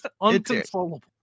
uncontrollable